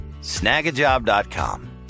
Snagajob.com